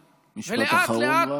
ולאט-לאט,